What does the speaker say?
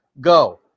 Go